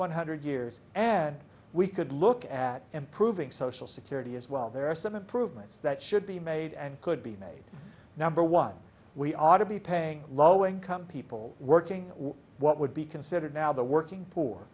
one hundred years and we could look at improving social security as well there are some improvements that should be made and could be made number one we ought to be paying low income people working what would be considered now the working poor